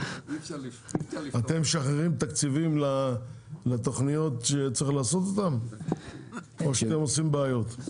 אתם משחררים תקציבים לתכניות שצריך לעשות או שאתם עושים בעיות.